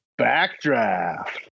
Backdraft